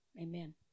amen